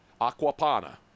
aquapana